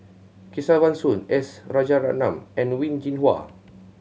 Kesavan Soon S Rajaratnam and Wen Jinhua